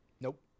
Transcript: Nope